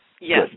yes